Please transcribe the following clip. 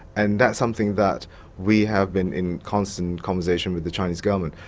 and that's something that we have been in constant conversation with the chinese government.